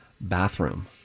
bathroom